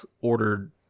ordered